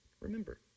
Remember